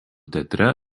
teatre